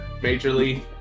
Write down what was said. majorly